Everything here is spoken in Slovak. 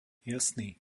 jasný